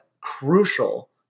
crucial